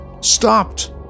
stopped